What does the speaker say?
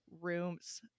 rooms